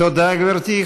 תודה, גברתי.